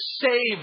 save